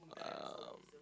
um